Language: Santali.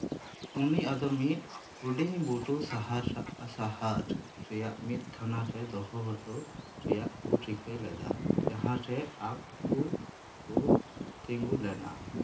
ᱩᱱᱤ ᱟᱫᱚ ᱢᱤᱫ ᱦᱩᱰᱤᱧ ᱵᱩᱨᱩ ᱥᱟᱦᱟᱨ ᱨᱮᱭᱟᱜ ᱢᱤᱫ ᱛᱷᱟᱱᱟ ᱨᱮ ᱫᱚᱦᱚ ᱦᱚᱴᱚ ᱨᱮᱭᱟᱜ ᱠᱚ ᱨᱤᱠᱟᱹ ᱞᱮᱫᱟ ᱡᱟᱦᱟᱸ ᱨᱮ ᱟᱠᱚ ᱠᱚ ᱛᱤᱸᱜᱩᱞᱮᱱᱟ